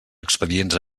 expedients